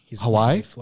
Hawaii